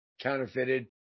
counterfeited